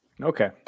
Okay